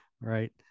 right